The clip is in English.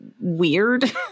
weird